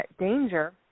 danger